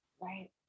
right